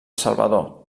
salvador